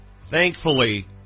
Thankfully